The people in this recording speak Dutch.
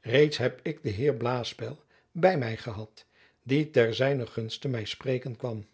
reeds heb ik den heer blaespeil by my gehad die ter zijner gunste my spreken kwam